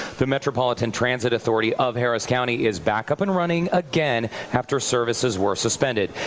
the metropolitan transit authority of harris county is back up and running again after services were suspended.